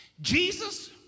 Jesus